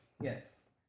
Yes